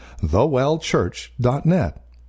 thewellchurch.net